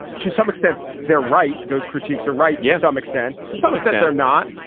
to some extent, they're right. those critiques are right. yes, i'm extent to some extent they're not.